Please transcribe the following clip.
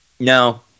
No